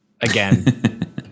again